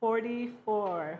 Forty-four